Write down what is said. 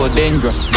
dangerous